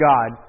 God